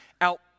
out